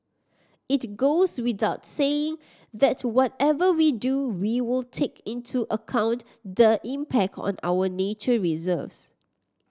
it goes without saying that whatever we do we will take into account the impact on our nature reserves